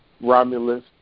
Romulus